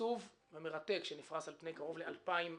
עצוב ומרתק שנפרס על פני קרוב ל-2,000 עמודים.